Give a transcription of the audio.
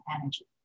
energy